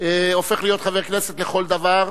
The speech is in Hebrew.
הופך להיות חבר כנסת לכל דבר,